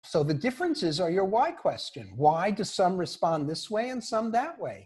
‫אז ההבדלים הן שאלות "למה". ‫למה חלק עונים כך וחלק עונים אחרת?